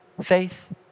faith